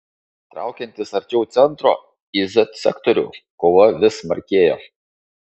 traukiantis arčiau centro į z sektorių kova vis smarkėjo